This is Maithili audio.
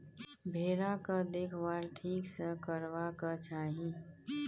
भेराक देखभाल ठीक सँ करबाक चाही